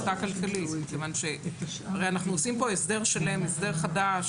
אנחנו עושים כאן הסדר שלם, הסדר חדש,